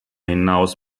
hinaus